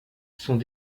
sont